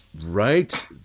Right